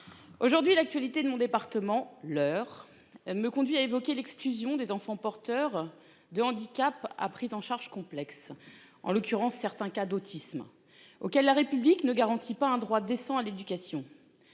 Aujourd'hui, l'actualité de mon département l'heure me conduit à évoquer l'exclusion des enfants porteurs de handicap a prise en charge complexe en l'occurrence certains cas d'autisme. OK. La République ne garantit pas un droit descend à l'éducation.